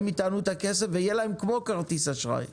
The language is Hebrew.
הם יטענו את הכסף, ויהיה להם כמו כרטיס אשראי.